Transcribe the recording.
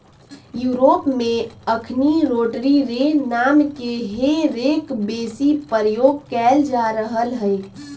Europe में अखनि rotary रे नामके हे रेक बेशी प्रयोग कएल जा रहल हइ